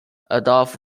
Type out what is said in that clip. adolf